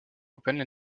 européenne